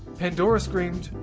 pandora screamed,